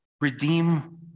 redeem